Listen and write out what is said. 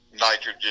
nitrogen